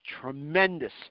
tremendous